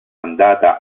andata